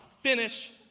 Finish